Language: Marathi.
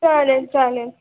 चालेल चालेल